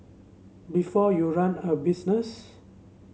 before you run a business